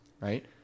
right